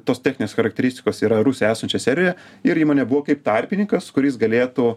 tos techninės charakteristikos yra rusijoj esančio serveryje ir įmonė buvo kaip tarpininkas kuris galėtų